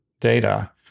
data